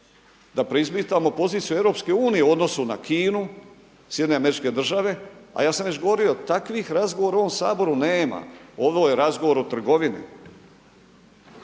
da preispitamo svoju poziciju unutar EU u odnosu na Kinu, SAD. A ja sam već govorio takvih razgovora u ovom Saboru nema, ovo je razgovor o trgovini.